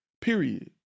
period